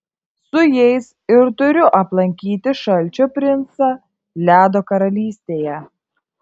su jais ir turiu aplankyti šalčio princą ledo karalystėje